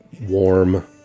warm